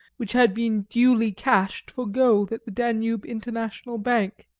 which had been duly cashed for gold at the danube international bank.